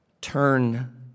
Turn